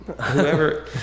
Whoever